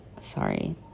sorry